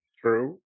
true